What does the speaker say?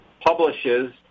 publishes